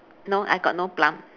no I got no plum